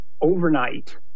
overnight